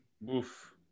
woof